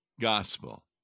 gospel